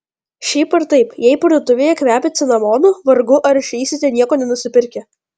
šiaip ar taip jei parduotuvėje kvepia cinamonu vargu ar išeisite nieko nenusipirkę